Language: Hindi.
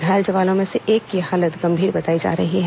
घायल जवानों में एक की हालत गंभीर बताई जा रही है